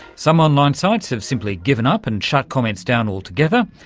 some online sites have simply given up and shut comments down all together.